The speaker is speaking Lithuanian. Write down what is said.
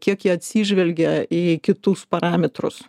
kiek jie atsižvelgia į kitus parametrus